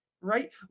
Right